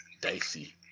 dicey